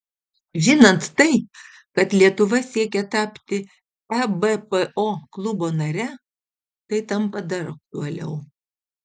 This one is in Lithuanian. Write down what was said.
žinant tai kad lietuva siekia tapti ebpo klubo nare tai tampa dar aktualiau